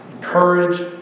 courage